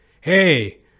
hey